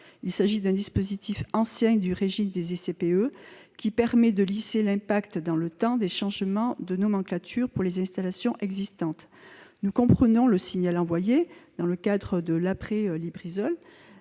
Il s'agit d'un dispositif ancien du régime des ICPE qui permet de lisser l'impact dans le temps des changements de nomenclature pour les installations existantes. Nous comprenons le signal envoyé dans le cadre de l'après-Lubrizol,